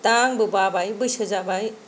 दा आंबो बाबाय बैसो जाबाय